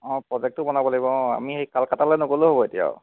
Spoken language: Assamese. অঁ প্ৰজেক্টো বনাব লাগিব অঁ আমি সেই কলিকাতালৈ নগ'লেও হ'ব এতিয়া আৰু